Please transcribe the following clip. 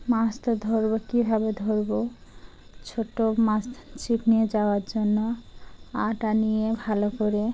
মাছ তো ধরবো কীভাবে ধরবো ছোটো মাছ ছিপ নিয়ে যাওয়ার জন্য আটা নিয়ে ভালো করে